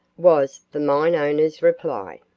was the mine owner's reply.